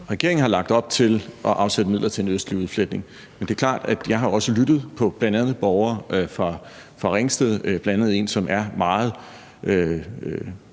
Regeringen har lagt op til at afsætte midler til en østlig udfletning, men det er klart, at jeg også har lyttet til bl.a. borgere fra Ringsted, bl.a. en, som er meget